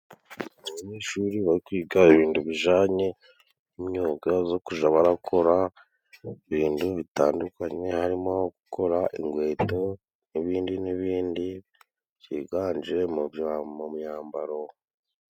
Abanyeshuri barikwiga ibindu bijanye n'imyuga zo kuja, abarakora mu bindu bitandukanye, harimo gukora ingweto n'ibindi, n'ibindi byiganje mu myambaro.